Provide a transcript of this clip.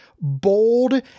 bold